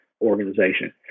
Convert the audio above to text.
organization